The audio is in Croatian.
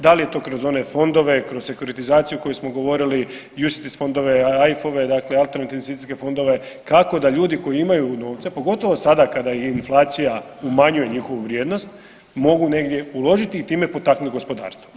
Da li je to kroz one fondove, kroz sekuritizaciju o kojoj smo govorili, UCITS fondove, AIF dakle alternativne investicijske fondove kako da ljudi koji imaju novce, pogotovo sada kada je inflacija umanjuje njihovu vrijednost mogu negdje uložiti i time potaknuti gospodarstvo.